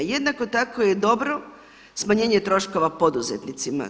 Jednako tako je dobro smanjenje troškova poduzetnicima.